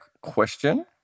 question